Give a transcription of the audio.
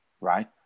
right